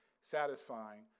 satisfying